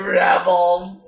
rebels